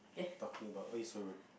talking about why you so rude